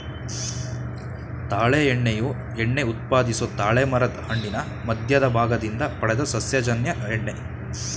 ತಾಳೆ ಎಣ್ಣೆಯು ಎಣ್ಣೆ ಉತ್ಪಾದಿಸೊ ತಾಳೆಮರದ್ ಹಣ್ಣಿನ ಮಧ್ಯದ ಭಾಗದಿಂದ ಪಡೆದ ಸಸ್ಯಜನ್ಯ ಎಣ್ಣೆ